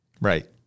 Right